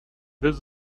this